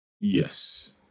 Yes